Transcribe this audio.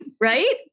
right